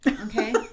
Okay